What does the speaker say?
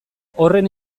horren